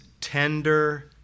tender